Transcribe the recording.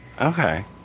Okay